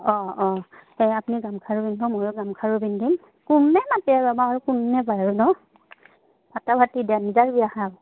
অঁ অঁ এই আপুনি গামখাৰু পিন্ধব ময়ো গামখাৰোু পিন্ধিম